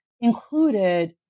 included